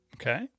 Okay